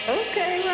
okay